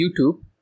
YouTube